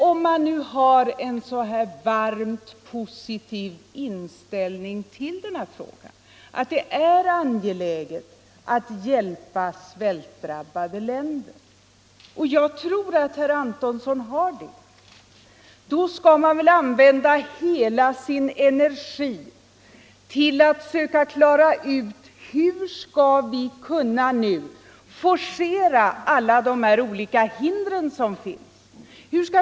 Om man nu anser att det är angeläget att hjälpa svältdrabbade länder — och jag tror att herr Antonsson har en sådan varmt positiv inställning till den här frågan — skall man väl använda hela sin energi till att söka klara ut hur vi snabbt och effektivt skall kunna forcera alla de olika hinder som finns.